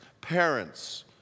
parents